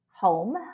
home